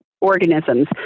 organisms